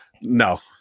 No